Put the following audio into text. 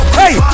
hey